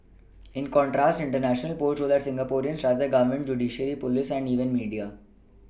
in contrast international polls show that Singaporeans trust their Government judiciary police and even media